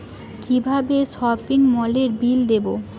কিভাবে সপিং মলের বিল দেবো?